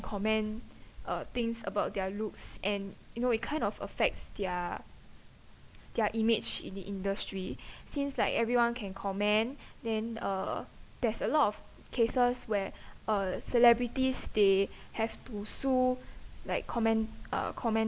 comment uh things about their looks and you know it kind of affects their their image in the industry since like everyone can comment then uh there's a lot of cases where uh celebrities they have to sue like comment uh comment